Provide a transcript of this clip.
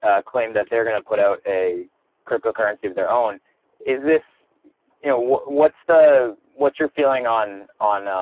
ah claimed that they're gonna put out a cryptocurrency of their own is this you know what's the what's your feeling on on?